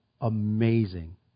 amazing